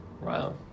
Wow